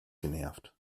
genervt